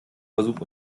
versuch